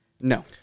No